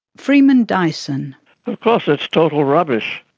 freeman dyson of course it's total rubbish.